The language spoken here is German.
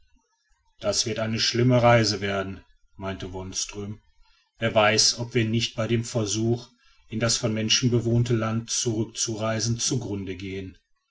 das wird eine schlimme reise werden meinte wonström wer weiß ob wir nicht bei dem versuch in das von menschen bewohnte land zurückzureisen zugrunde gehen